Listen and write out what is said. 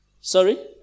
Sorry